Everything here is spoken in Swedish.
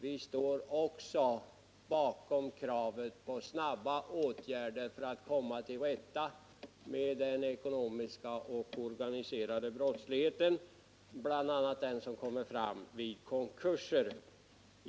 Vi står också bakom kravet på snabba åtgärder för att komma till rätta med den organiserade ekonomiska brottsligheten, bl.a. den som kommer fram vid konkurser.